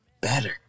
better